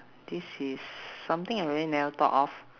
this is something I really never thought of